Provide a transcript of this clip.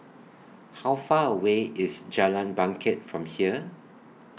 How Far away IS Jalan Bangket from here